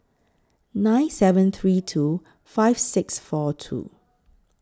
nine seven three two five six four two